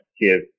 give